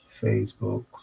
facebook